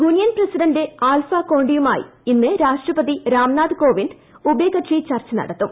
Guinean president Alpha കോണ്ടിയുമായി ഇന്ന് രാഷ്ട്രപതി രാംനാഥ് കോവിന്ദ് ഉഭയകക്ഷി ചർച്ച നടിത്തും